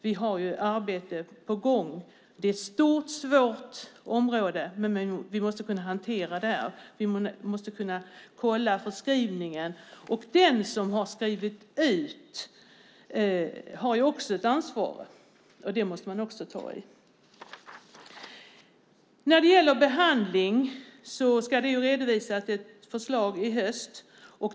Vi har arbete på gång. Det är ett stort och svårt område. Men vi måste kunna hantera det. Vi måste kunna kolla förskrivningen. Den som har skrivit ut läkemedlen har också ett ansvar. Det måste man också ta tag i. När det gäller behandling ska det redovisas ett förslag i höst.